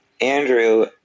Andrew